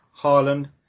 Haaland